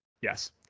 Yes